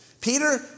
Peter